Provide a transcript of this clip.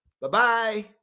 Bye-bye